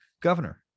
governor